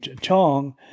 Chong